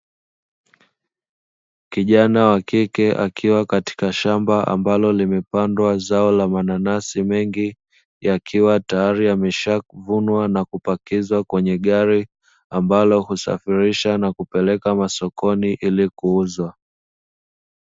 Kijana wa kike akiwa katika shamba ambalo limepandwa zao la mananasi mengi, yakiwa tayari yamesha vunwa na kupakizwa kwenye gari, ambalo husafirisha na kupelekwa masokoni kwa ajili ya kuuzwa.